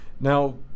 Now